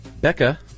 Becca